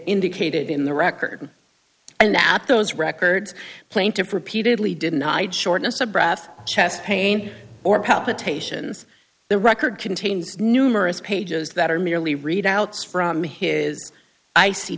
indicated in the record and that those records plaintiff repeatedly denied shortness of breath chest pain or palpitations the record contains numerous pages that are merely readouts from his i